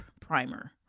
primer